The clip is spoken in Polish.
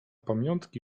pamiątki